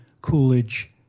Coolidge